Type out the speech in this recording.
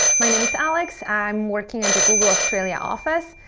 my name is alex. i'm working at the google australia office.